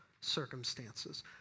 circumstances